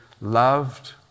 loved